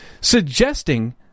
suggesting